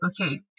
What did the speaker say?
okay